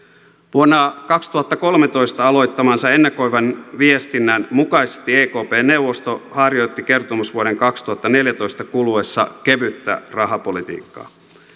vuonna kaksituhattakolmetoista aloittamansa ennakoivan viestinnän mukaisesti ekpn neuvosto harjoitti kertomusvuoden kaksituhattaneljätoista kuluessa kevyttä rahapolitiikkaa